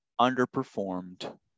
underperformed